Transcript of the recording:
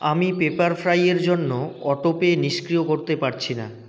আমি পেপারফ্রাই এর জন্য অটো পে নিষ্ক্রিয় করতে পারছি না